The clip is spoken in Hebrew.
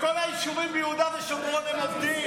בכל היישובים ביהודה ושומרון הם עובדים.